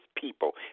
people